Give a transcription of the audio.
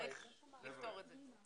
נפתור את זה.